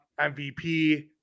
MVP